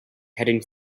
heading